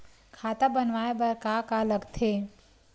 खाता बनवाय बर का का लगथे?